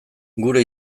gure